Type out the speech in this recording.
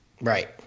right